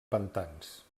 pantans